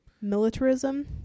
Militarism